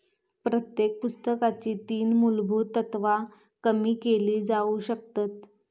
प्रत्येक पुस्तकाची तीन मुलभुत तत्त्वा कमी केली जाउ शकतत